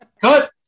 Cut